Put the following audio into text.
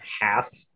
half